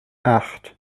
acht